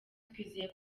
twizeye